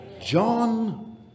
John